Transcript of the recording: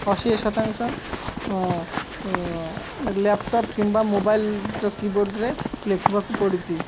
ଅଶୀ ଶତାଂଶ ଲ୍ୟାପଟପ୍ କିମ୍ବା ମୋବାଇଲ୍ର କିବୋର୍ଡ଼ରେ ଲେଖିବାକୁ ପଡ଼ୁଛି